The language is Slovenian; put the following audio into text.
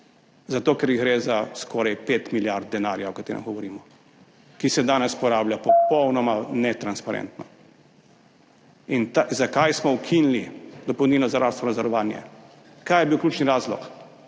zato, ker gre za skoraj 5 milijard denarja, o katerem govorimo, ki se danes porablja popolnoma netransparentno. In zakaj smo ukinili dopolnilno zdravstveno zavarovanje, kaj je bil ključni razlog,